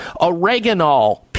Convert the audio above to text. oregano